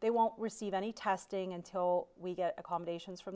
they won't receive any testing until we get accommodations from